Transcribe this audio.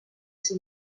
ser